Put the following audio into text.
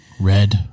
Red